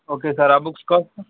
okay sir ఆ books cost sir